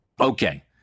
Okay